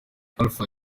alpha